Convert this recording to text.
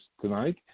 tonight